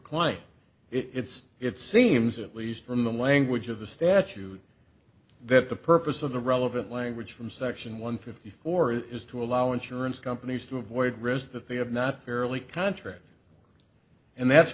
client it's it seems at least from the language of the statute that the purpose of the relevant language from section one fifty four is to allow insurance companies to avoid risk that they have not fairly contract and that's